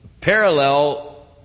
parallel